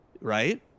right